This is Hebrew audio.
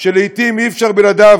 שלעתים אי-אפשר בלעדיו,